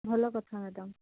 ଭଲ କଥା ମ୍ୟାଡ଼ାମ୍